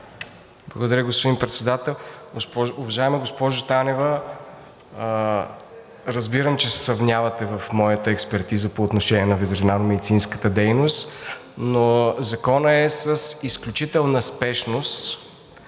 Благодаря, господин Председател. Уважаема госпожо Танева, разбирам, че се съмнявате в моята експертиза по отношение на ветеринарномедицинската дейност, но Законът е с изключителна спешност.